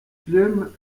plume